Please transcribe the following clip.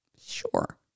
Sure